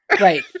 right